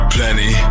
Plenty